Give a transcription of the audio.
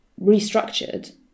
restructured